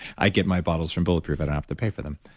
i get my bottles from bulletproof, i don't have to pay for them,